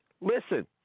listen